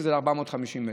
שזה ל-450 מטר.